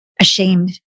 ashamed